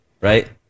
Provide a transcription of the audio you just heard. right